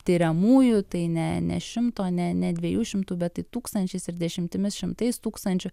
tiriamųjų tai ne ne šimto ne ne dviejų šimtų bet tūkstančiais ir dešimtimis šimtais tūkstančių